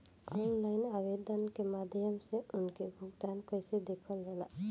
Online आवेदन के माध्यम से उनके भुगतान कैसे देखल जाला?